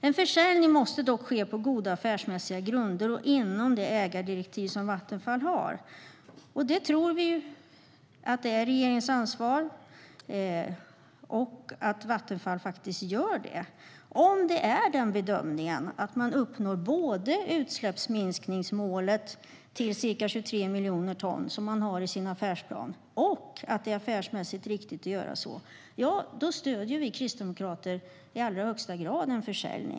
En försäljning måste dock ske på goda affärsmässiga grunder och inom de ägardirektiv som Vattenfall har. Vi menar att det är regeringens ansvar och att Vattenfall faktiskt gör så. Om bedömningen är att man både når utsläppsminskningsmålet om ca 23 miljoner ton som man har i sin affärsplan och att det är affärsmässigt riktigt att göra så stöder vi kristdemokrater en försäljning i allra högsta grad.